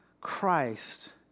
Christ